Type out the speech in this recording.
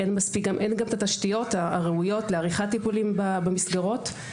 אין את התשתיות הראויות לעריכת טיפולים במסגרות,